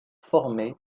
former